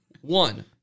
One